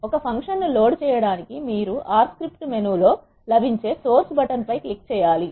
ఒక ఫంక్షన్ ను లోడ్ చేయడానికి మీరు R స్క్రిప్ట్ మెనూ లో లభించే సోర్స్ బటన్ పై క్లిక్ చేయాలి